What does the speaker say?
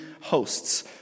hosts